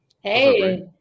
hey